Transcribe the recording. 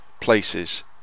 places